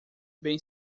bem